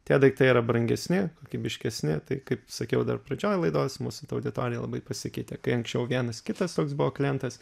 tie daiktai yra brangesni kokybiškesni tai kaip sakiau dar pradžioj laidos mūsų ta auditorija labai pasikeitė kai anksčiau vienas kitas toks buvo klientas